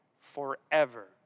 Forever